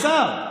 איזה שר.